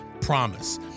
promise